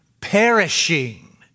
perishing